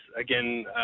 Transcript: Again